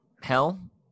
Hell